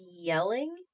yelling